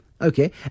Okay